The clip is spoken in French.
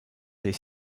des